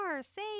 say